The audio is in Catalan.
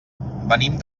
venim